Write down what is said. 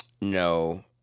No